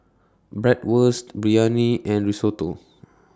Bratwurst Biryani and Risotto